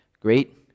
great